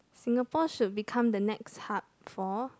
Singapore should become the next hub for